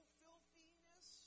filthiness